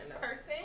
person